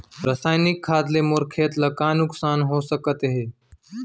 रसायनिक खाद ले मोर खेत ला का नुकसान हो सकत हे?